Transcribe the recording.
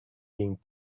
being